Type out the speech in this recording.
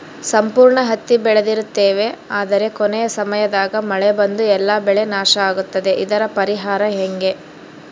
ಸಂಪೂರ್ಣ ಹತ್ತಿ ಬೆಳೆದಿರುತ್ತೇವೆ ಆದರೆ ಕೊನೆಯ ಸಮಯದಾಗ ಮಳೆ ಬಂದು ಎಲ್ಲಾ ಬೆಳೆ ನಾಶ ಆಗುತ್ತದೆ ಇದರ ಪರಿಹಾರ ಹೆಂಗೆ?